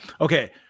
Okay